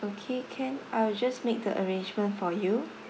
okay can I will just make the arrangement for you